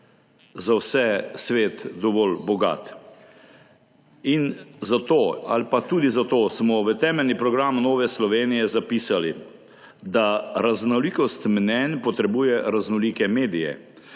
za vse svet dovolj bogat. Zato ali pa tudi zato smo v temeljni program Nove Slovenije zapisali, da raznolikost mnenj potrebuje raznolike medije.